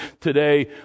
today